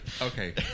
Okay